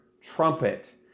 trumpet